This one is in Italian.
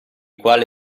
quale